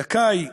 זכאי לחינוך?